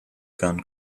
gone